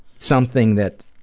something that